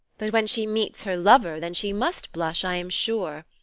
but when she meets her lover, then she must blush, i am sure,